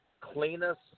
cleanest